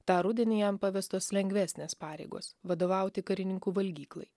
tą rudenį jam pavestos lengvesnės pareigos vadovauti karininkų valgyklai